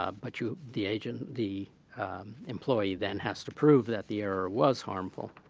ah but you the agent the employee then has to prove that the error was harmful.